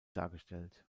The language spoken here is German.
dargestellt